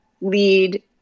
lead